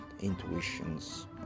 intuitions